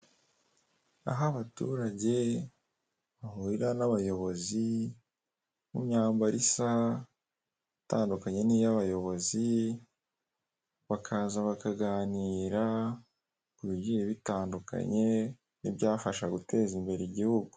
Aho abaturage bahurira na bayobozi mu myambaro isa itandukanye niya bayobozi bakaza bakaganira ku bigiye bitandukanye ni byafasha guteza imbere igihugu.